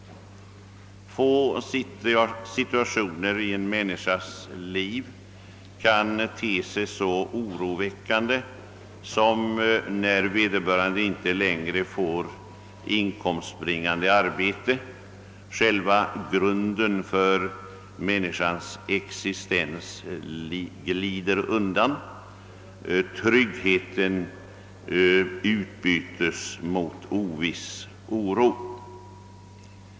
Få situationer i en människas liv kan te sig så oroväckande som den när vederbörande inte längre får inkomstbringande arbete. Själva grunden för människans existens glider undan, och tryggheten utbytes mot ovisshet och oro.